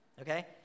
Okay